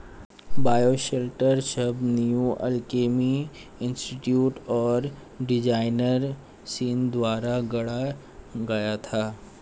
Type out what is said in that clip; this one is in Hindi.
बायोशेल्टर शब्द न्यू अल्केमी इंस्टीट्यूट और सौर डिजाइनर सीन द्वारा गढ़ा गया था